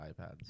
ipads